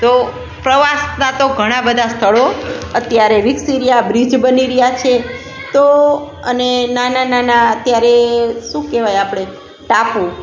તો પ્રવાસનાં તો ઘણાં બધા સ્થળો અત્યારે વિકસી રહ્યાં બ્રિજ બની રહ્યા છે તો અને નાના નાના અત્યારે શું કહેવાય આપણે ટાપુ